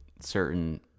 certain